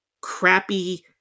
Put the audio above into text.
crappy